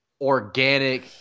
organic